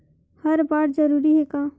हर बार जरूरी हे का?